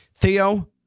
Theo